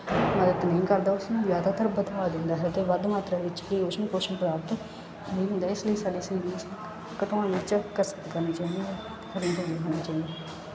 ਮਦਦ ਨਹੀਂ ਕਰਦਾ ਉਸ ਨੂੰ ਜ਼ਿਆਦਾਤਰ ਵਧਾ ਦਿੰਦਾ ਹੈ ਅਤੇ ਵੱਧ ਮਾਤਰਾ ਵਿੱਚ ਉਸ ਨੂੰ ਪੋਸ਼ਣ ਪ੍ਰਾਪਤ ਨਹੀਂ ਹੁੰਦਾ ਇਸ ਲਈ ਸਾਡੇ ਸਰੀਰ ਵਿੱਚ ਘਟਾਉਣ ਵਿੱਚ ਕਸਰਤ ਕਰਨੀ ਚਾਹੀਦੀ ਹੈ ਹੋਣੀ ਚਾਹੀਦੀ